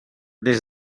des